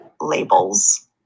labels